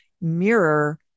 mirror